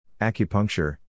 acupuncture